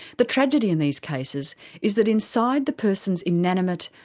the tragedy in these cases is that inside the person's inanimate,